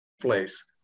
place